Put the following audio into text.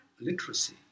literacy